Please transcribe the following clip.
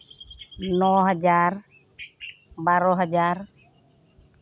ᱱᱚ ᱦᱟᱡᱟᱨ ᱵᱟᱨᱚ ᱦᱟᱡᱟᱨ